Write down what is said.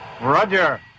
roger